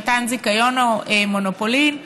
למתן זיכיון או מונופולין,